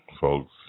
folks